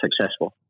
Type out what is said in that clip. successful